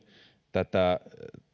tätä